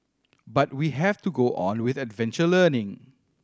but we have to go on with adventure learning